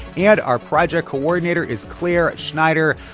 and our project coordinator is clare schneider.